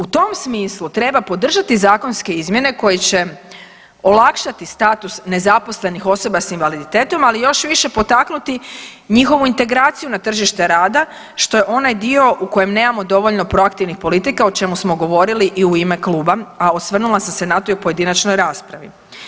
U tom smislu treba podržati zakonske izmjene koje će olakšati status nezaposlenih osoba s invaliditetom, ali još više potaknuti njihovu integraciju na tržište rada, što je onaj dio u kojem nemamo dovoljno proaktivnih politika, o čemu smo govorili i u ime kluba, a osvrnula sam se na to i u pojedinačnoj raspravi.